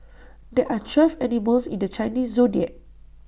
there are twelve animals in the Chinese Zodiac